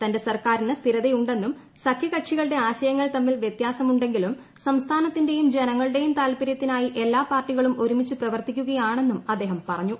തന്റെ സർക്കാരിന് സ്ഥിരത ഉണ്ടെന്നും സഖ്യകക്ഷികളുടെ ആശയങ്ങൾ തമ്മിൽ വൃത്യാസം ഉണ്ടെങ്കിലും സംസ്ഥാനത്തിന്റെയും ജനങ്ങളുടെയും താൽപ്പര്യത്തിനായി എല്ലാ പാർട്ടികളും ഒരുമിച്ചു പ്രവർത്തിക്കുകയാണെന്നും അദ്ദേഹം പറഞ്ഞു